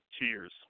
cheers